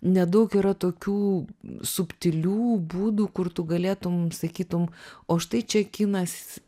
nedaug yra tokių subtilių būdų kur tu galėtum sakytum o štai čia kinas